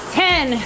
ten